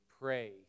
pray